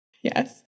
Yes